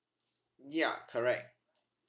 ya correct